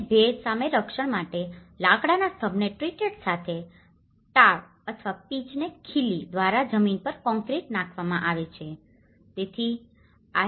પછી ભેજ સામે રક્ષણ માટે લાકડાના સ્તંભોને treated સાથે ટાર અથવા પીચને ખીલી દ્વારા જમીન પર કોન્ક્રીટ નાખવામાં આવે છે